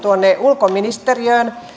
ulkoministeriöön